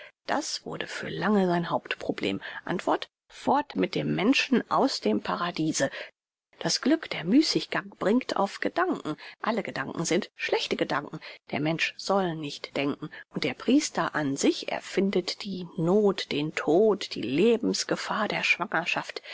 das wurde für lange sein hauptproblem antwort fort mit dem menschen aus dem paradiese das glück der müßiggang bringt auf gedanken alle gedanken sind schlechte gedanken der mensch soll nicht denken und der priester an sich erfindet die noth den tod die lebensgefahr der schwangerschaft